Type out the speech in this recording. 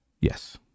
yes